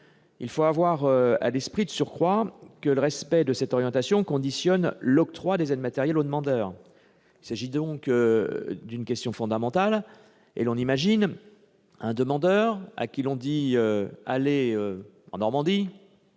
Il faut avoir à l'esprit, de surcroît, que le respect de cette orientation conditionne l'octroi des aides matérielles aux demandeurs d'asile. Il s'agit donc d'une question fondamentale. Imaginez un demandeur d'asile à qui l'on demanderait d'aller en Normandie,